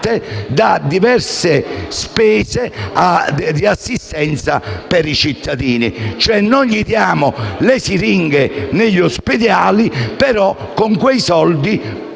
da diverse spese di assistenza per i cittadini. Non forniamo, cioè, le siringhe agli ospedali e con quei soldi